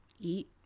eat